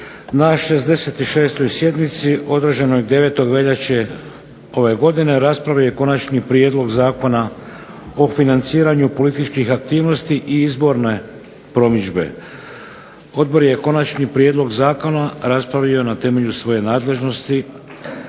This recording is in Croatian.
na 66. sjednici održanoj 9. veljače ove godine raspravio je Konačni prijedlog zakona o financiranju političkih aktivnosti i izborne promidžbe. Odbor je Konačni prijedlog zakona raspravio na temelju svoje nadležnosti